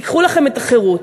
ייקחו לכם את החירות.